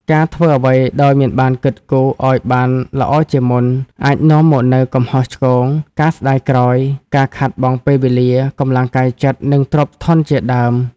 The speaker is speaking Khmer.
ការធ្វើអ្វីដោយមិនបានគិតគូរឱ្យបានល្អជាមុន អាចនាំមកនូវកំហុសឆ្គង ការស្តាយក្រោយ ការខាតបង់ពេលវេលា កម្លាំងកាយចិត្ត និងទ្រព្យធនជាដើម។